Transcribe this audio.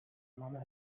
манай